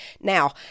Now